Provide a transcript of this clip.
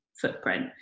footprint